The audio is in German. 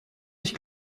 dich